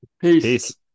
Peace